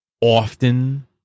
often